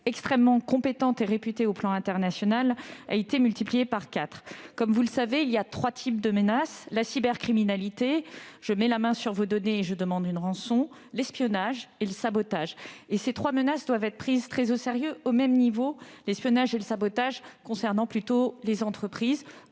extrêmement compétente et réputée au plan international, a été multiplié par quatre. Comme vous le savez, il existe trois types de menaces : la cybercriminalité, qui consiste à mettre la main sur des données et à demander une rançon, l'espionnage et le sabotage. Ces trois menaces doivent être prises très au sérieux, l'espionnage et le sabotage concernant plutôt les entreprises